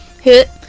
hit